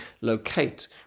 locate